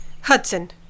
Hudson